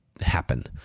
happen